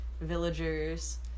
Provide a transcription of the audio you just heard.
villagers